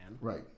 Right